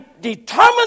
determined